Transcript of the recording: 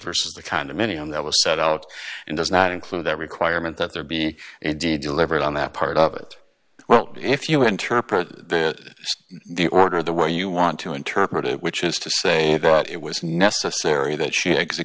versus the condominium that was set out and does not include that requirement that there be a deed delivered on that part of it well if you interpret that the order the way you want to interpret it which is to say that it was necessary that she ex